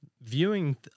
viewing